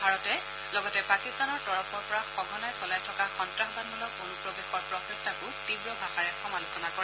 ভাৰতে লগতে পাকিস্তানৰ তৰফৰ পৰা সঘনাই চলাই থকা সন্নাসবাদমূলক অনুপ্ৰৱেশৰ প্ৰচেষ্টাকো তীৱভাষাৰে সমালোচনা কৰে